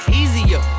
easier